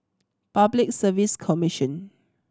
Public Service Commission